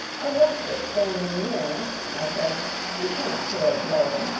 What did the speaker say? a rustic standing near, i said he cannot hear it blowing!